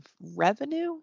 revenue